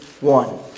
one